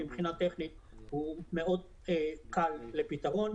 דבר שמבחינה טכנית הוא מאוד קל לפתרון.